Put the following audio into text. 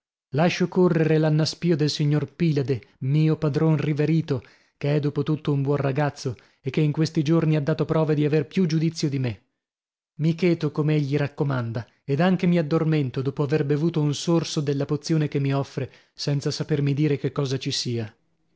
lascio correre l'annaspìo del signor pilade mio padron riverito che è dopo tutto un buon ragazzo e che in questi giorni ha dato prove di aver più giudizio di me mi cheto come egli raccomanda ed anche mi addormento dopo aver bevuto un sorso della pozione che mi offre senza sapermi dire che cosa ci sia